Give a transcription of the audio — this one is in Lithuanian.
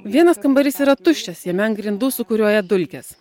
vienas kambarys yra tuščias jame ant grindų sūkuriuoja dulkės